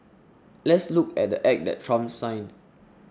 let's look at the Act that Trump signed